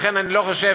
לכן אני לא חושב,